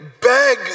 beg